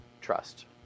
trust